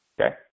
okay